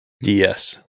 Yes